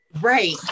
right